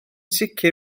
sicr